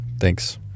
thanks